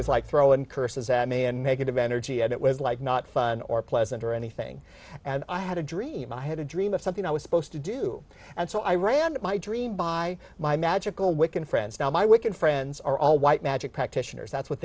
was like throwing curses at me and negative energy and it was like not fun or pleasant or anything and i had a dream i had a dream of something i was supposed to do and so i ran my dream by my magical wiccan friends now my wiccan friends are all white magic practitioners that's what